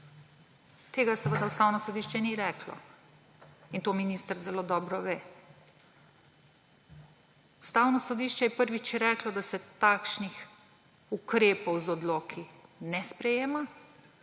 Tega seveda Ustavno sodišče ni reklo, in to minister zelo dobro ve. Ustavno sodišče je, prvič, reklo, da se takšni ukrepi z odloki ne sprejemajo,